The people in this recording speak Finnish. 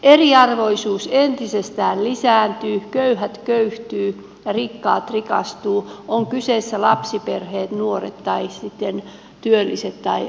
eriarvoisuus entisestään lisääntyy köyhät köyhtyvät ja rikkaat rikastuvat ovat kyseessä lapsiperheet nuoret tai sitten työlliset tai eläkeläiset